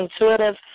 intuitive